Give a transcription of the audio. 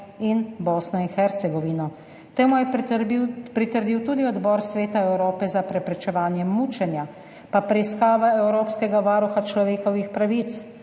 in Bosno in Hercegovino. Temu je pritrdil tudi Odbor Sveta Evrope za preprečevanje mučenja, pa preiskava Evropskega varuha človekovih pravic,